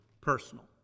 personal